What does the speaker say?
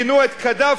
גינו את קדאפי.